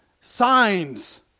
signs